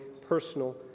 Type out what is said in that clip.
personal